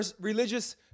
religious